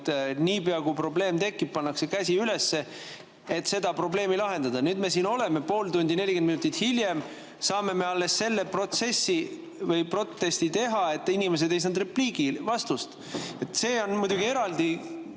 niipea kui probleem tekib, pannakse käsi üles, et seda probleemi lahendada. Nüüd me siin pool tundi, 40 minutit hiljem saame alles selle protesti teha, et inimesed ei saanud repliiki, vastu[sõnavõttu]. See on muidugi eraldi